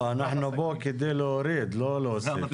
לא, אנחנו פה כדי להוריד, לא להוסיף.